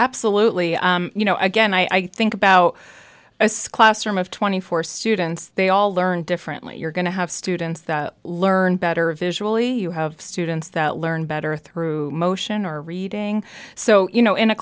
absolutely you know again i think about a squad of twenty four students they all learn differently you're going to have students that learn better visually you have students that learn better through motion or reading so you know in a